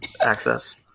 access